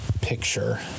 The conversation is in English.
picture